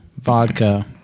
vodka